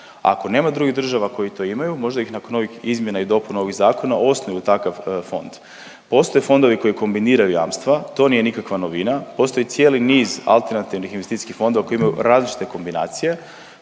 Ako nema drugih država koje to imaju, možda ih nakon ovih izmjena i dopuna ovih zakona osnuju takav fond. Postoje fondovi koji kombiniraju jamstva, to nije nikakva novina, postoje cijeli niz alternativnih investicijskih fondova koji imaju različite kombinacije,